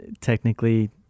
technically